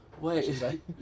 Wait